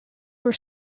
were